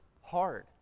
hard